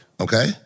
okay